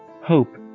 hope